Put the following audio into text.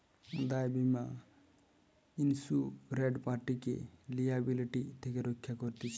দায় বীমা ইন্সুরেড পার্টিকে লিয়াবিলিটি থেকে রক্ষা করতিছে